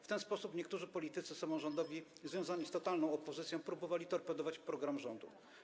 W ten sposób niektórzy politycy samorządowi związani z totalną opozycją próbowali torpedować program rządu.